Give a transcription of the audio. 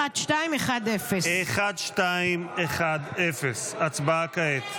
1210. הסתייגות 1210. הצבעה כעת.